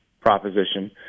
proposition